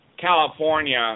California